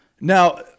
Now